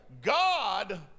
god